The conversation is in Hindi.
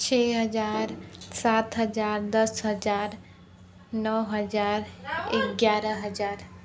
छः हज़ार सात हज़ार दस हज़ार नौ हज़ार राहुल ग्यारह हज़ार